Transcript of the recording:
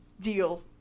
deal